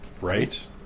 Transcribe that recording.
Right